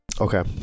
Okay